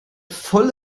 voll